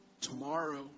tomorrow